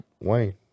Wayne